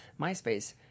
MySpace